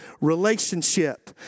relationship